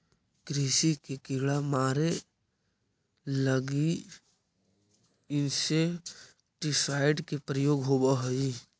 कृषि के कीड़ा के मारे के लगी इंसेक्टिसाइट्स् के प्रयोग होवऽ हई